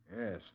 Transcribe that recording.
Yes